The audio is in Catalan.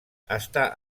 està